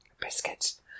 Biscuits